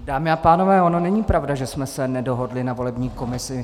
Dámy a pánové, není pravda, že jsme se nedohodli na volební komisi.